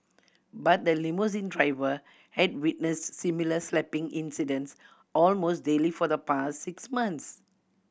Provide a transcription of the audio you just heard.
but the limousine driver had witnessed similar slapping incidents almost daily for the past six months